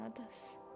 others